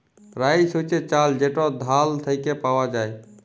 rice হছে চাল যেট ধাল থ্যাইকে পাউয়া যায়